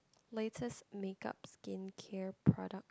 latest makeup skincare product